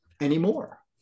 anymore